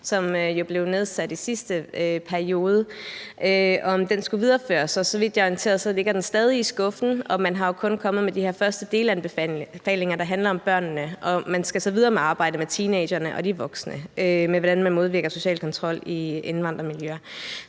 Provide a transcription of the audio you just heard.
som jo blev nedsat i sidste periode, og om den skulle videreføres. Så vidt jeg er orienteret, ligger den stadig i skuffen, og man er jo kun kommet med de første delanbefalinger, der handler om børnene, og man skal så videre med arbejdet med teenagerne og de voksne, med hensyn til hvordan man modvirker social kontrol i indvandrermiljøer.